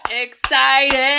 excited